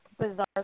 bizarre